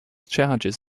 charges